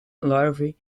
larvae